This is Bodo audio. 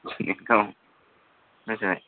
औ